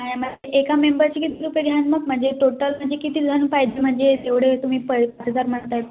आणि मग एका मेंबरचे किती रुपये घ्याल मग म्हणजे टोटल म्हणजे किती पाहिजे म्हणजे तेवढे तुम्ही पैसा हजार म्हणता आहेत